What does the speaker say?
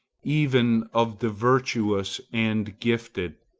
even of the virtuous and gifted!